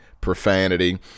profanity